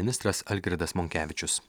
ministras algirdas monkevičius